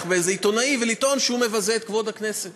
באיזה עיתונאי ולטעון שהוא מבזה את כבוד הכנסת.